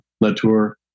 Latour